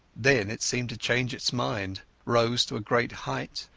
then it seemed to change its mind, rose to a great height,